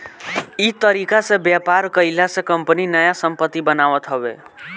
इ तरीका से व्यापार कईला से कंपनी नया संपत्ति बनावत हवे